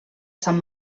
sant